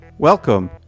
Welcome